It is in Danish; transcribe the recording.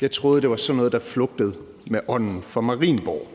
Jeg troede, det var sådan noget, der flugtede med ånden fra Marienborg.